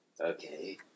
Okay